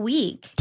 Week